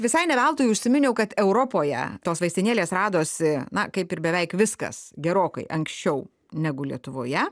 visai ne veltui užsiminiau kad europoje tos vaistinėlės radosi na kaip ir beveik viskas gerokai anksčiau negu lietuvoje